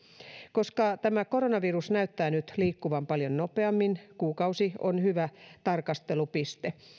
koska tämä koronavirus näyttää nyt liikkuvan paljon nopeammin kuukausi on hyvä tarkastelupiste